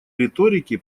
риторики